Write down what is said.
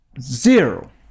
Zero